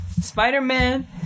Spider-Man